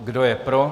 Kdo je pro?